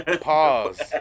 Pause